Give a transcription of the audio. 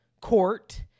court